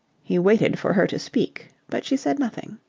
he waited for her to speak, but she said nothing.